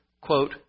quote